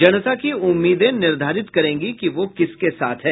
जनता की उम्मीदें निर्धारित करेंगी कि वह किसके साथ है